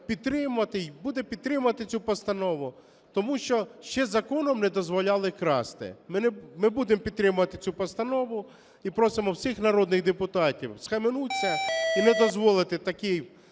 підтримувати цю постанову, тому що ще законом не дозволяли красти. Ми будемо підтримувати цю постанову і просимо всіх народних депутатів схаменутися і не дозволити таким